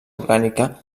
orgànica